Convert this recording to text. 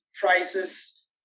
prices